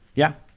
yeah,